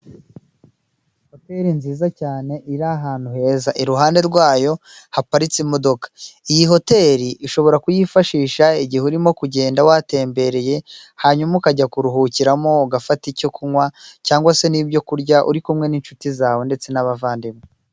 Hoteri nziza cyane iri ahantu heza iruhande rwayo haparitse imodoka, iyi hoteri ishobora kuyifashisha igihe urimo kugenda watembereye hanyuma ukajya kuruhukiramo, ugafata icyo kunywa cyangwa se nibyo kurya uri kumwe n'inshuti zawe ndetse n'abavandimwe.